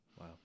wow